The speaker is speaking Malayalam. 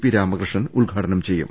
പി രാമകൃഷ്ണൻ ഉദ്ഘാടനം ചെയ്യും